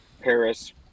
Paris